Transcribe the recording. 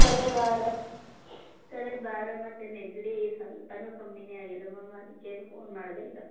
ತಲೆ ಭಾರ ತಲೆ ಭಾರ ಮತ್ತು ನೆಗಡಿ ಸ್ವಲ್ಪನು ಕಮ್ಮಿಯೇ ಆಗಿಲ್ಲ ಮ್ಯಾಮ್ ಅದಕ್ಕೆ ಫೋನ್ ಮಾಡಿದೆ ಈಗ